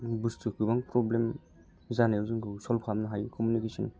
बुस्थु गोबां प्रब्लेम जानायाव जोंखौ सल्भ खालामनो हायो कमिउनिकेसन